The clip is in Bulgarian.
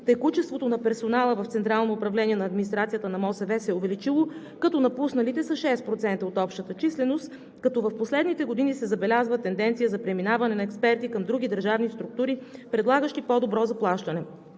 текучеството на персонала в Централното управление на администрацията на МОСВ се е увеличило, напусналите са 6% от общата численост, като в последните години се забелязва тенденция за преминаване на експерти към други държавни структури, предлагащи по-добро заплащане.